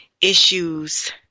issues